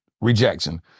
Rejection